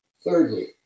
Thirdly